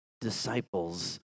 disciples